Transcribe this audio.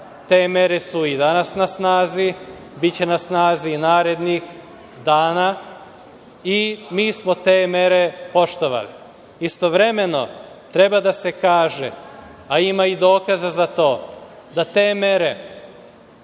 te mere su i danas na snazi, a biće na snazi i narednih dana. Mi smo te mere poštovali. Istovremeno, treba da se kaže, ima i dokaza za to, da te mere,